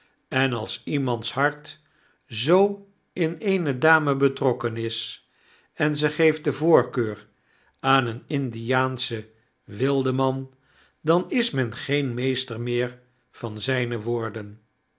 en als iemands hart zoo in eene dame betrokken is en ze geeft de voorkeur aan een indiaanschen wildeman dan is men geen meester meer van zyne woorden